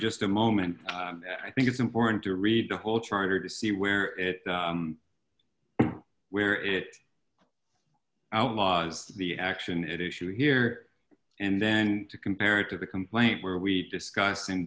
just a moment i think it's important to read the whole charter to see where it where it outlaws the action it issue here and then to compare it to the complaint where we discuss in